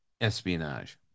espionage